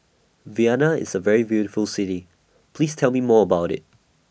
Vienna IS A very beautiful City Please Tell Me More about IT